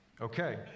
Okay